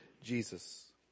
Jesus